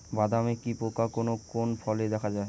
বাদামি কি পোকা কোন কোন ফলে দেখা যায়?